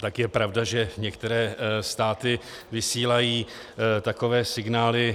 Tak je pravda, že některé státy vysílají takové signály.